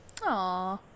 Aw